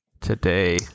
today